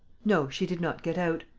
no. she did not get out.